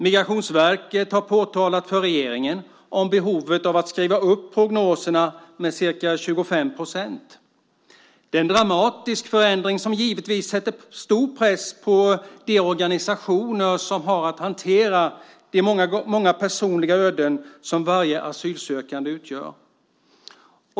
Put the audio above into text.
Migrationsverket har påtalat för regeringen behovet av att skriva upp prognoserna med ca 25 %. Det är en dramatisk förändring som givetvis sätter stor press på de organisationer som har att hantera de personliga öden som varje asylsökande utgör.